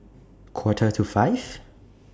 Quarter to five